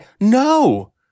no